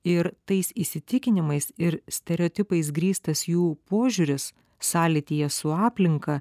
ir tais įsitikinimais ir stereotipais grįstas jų požiūris sąlytyje su aplinka